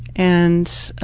and,